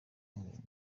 imirimo